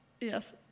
Yes